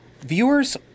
Viewers